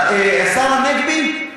השר הנגבי.